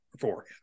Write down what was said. Four